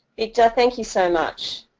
it does thank you so much